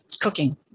Cooking